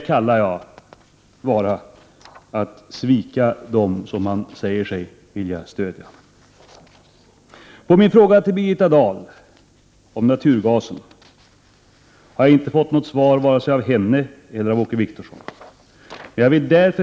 Genom sin politik sviker socialdemokraterna dem de säger sig vilja stödja. På min fråga till Birgitta Dahl om naturgasen har jag inte fått något svar vare sig från henne eller från Åke Wictorsson.